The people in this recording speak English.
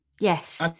yes